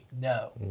No